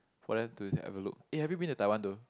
for them to have a look eh have you been to Taiwan though